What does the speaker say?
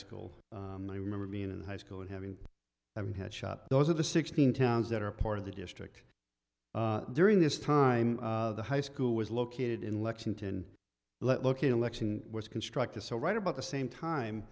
school and i remember being in high school and having i mean had shot those of the sixteen towns that are part of the district during this time the high school was located in lexington looking election was constructed so right about the same time